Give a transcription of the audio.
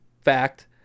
fact